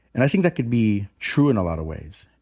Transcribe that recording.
and i think that could be true in a lotta ways.